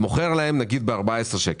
מוכר להם נניח ב-14 שקלים.